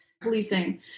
policing